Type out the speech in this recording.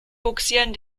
bugsieren